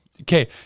Okay